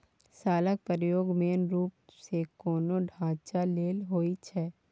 शालक प्रयोग मेन रुप सँ कोनो ढांचा लेल होइ छै